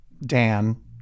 Dan